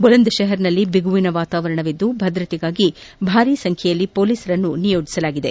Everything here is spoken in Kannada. ಬುಲಂದ್ಶೆಹರ್ನಲ್ಲಿ ಬಿಗುವಿನ ವಾತಾವರಣವಿದ್ದು ಭದ್ರತೆಗಾಗಿ ಭಾರಿ ಸಂಖ್ಯೆಯಲ್ಲಿ ಪೊಲೀಸರನ್ನು ನಿಯೋಜಿಸಲಾಗಿದೆ